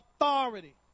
authority